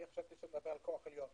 אני חשבתי שאתה מדבר על כוח עליון.